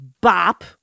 bop